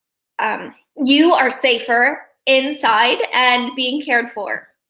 um you are safer inside and being cared for.